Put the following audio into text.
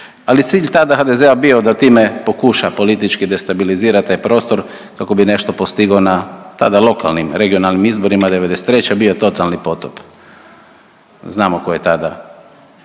Ali cilj tada HDZ-a je bio da time pokuša politički destabilizirati taj prostor kako bi nešto postigao na tada lokalnim regionalnim izborima '93. bio totalni potop. Znamo tko je tada